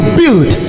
build